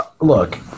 look